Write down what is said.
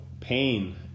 pain